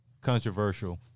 controversial